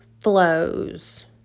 flows